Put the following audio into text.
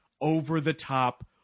over-the-top